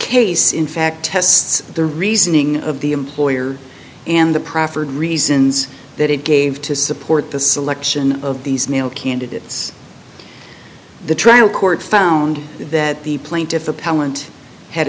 case in fact tests the reasoning of the employer and the proffered reasons that it gave to support the selection of these male candidates the trial court found that the